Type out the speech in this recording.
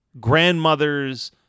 grandmother's